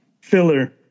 filler